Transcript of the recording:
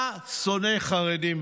אתה שונא חרדים.